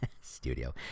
Studio